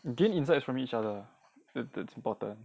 you gain insights from each other that's important